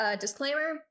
disclaimer